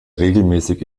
regelmäßig